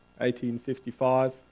1855